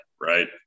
right